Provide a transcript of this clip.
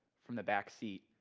from the backseat,